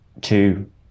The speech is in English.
two